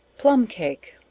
plumb cake.